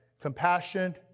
compassion